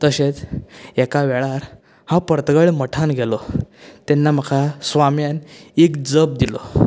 तशेंच एका वेळार हांव पर्तगाळे मठांत गेलो तेन्ना म्हाका स्वाम्यान एक जप दिलो